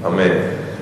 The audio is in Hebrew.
אמן.